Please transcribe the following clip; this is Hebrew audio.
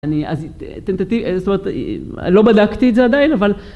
‫אני לא בדקתי את זה עדיין, ‫אבל...